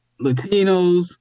Latinos